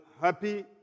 happy